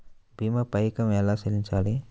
భీమా పైకం ఎలా చెల్లించాలి?